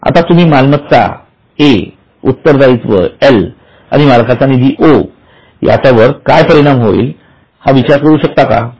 आता तुम्ही मालमत्ता उत्तरदायित्व व मालकाचा निधी यावर काय परिणाम होईल हा विचार करू शकता का